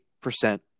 percent